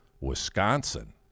Wisconsin